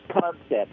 concept